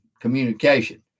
communication